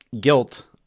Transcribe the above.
guilt